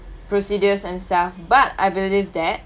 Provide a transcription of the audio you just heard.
procedures and stuff but I believe that